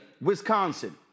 Wisconsin